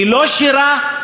ולא שירה,